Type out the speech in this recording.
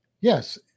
Yes